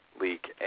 leak